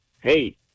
hey